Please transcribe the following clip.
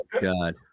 God